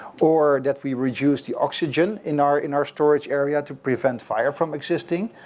or that we reduce the oxygen in our in our storage area to prevent fire from existing,